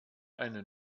eine